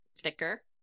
thicker